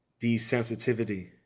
desensitivity